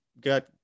got